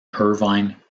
irvine